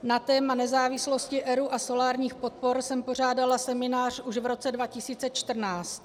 Na téma nezávislosti ERÚ a solárních podpor jsem pořádala seminář už v roce 2014.